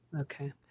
Okay